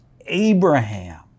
Abraham